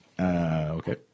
Okay